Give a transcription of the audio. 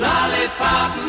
Lollipop